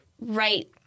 right